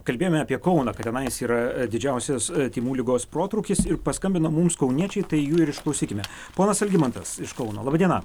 kalbėjome apie kauną kad tenais yra didžiausias tymų ligos protrūkis ir paskambino mums kauniečiai tai jų ir išklausykime ponas algimantas iš kauno laba diena